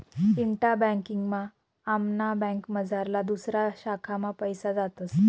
इंटा banking मा आमना बँकमझारला दुसऱा शाखा मा पैसा जातस